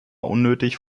unnötig